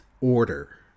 order